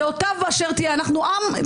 דעותיו אשר תהיינה,